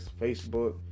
Facebook